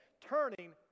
turning